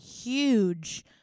huge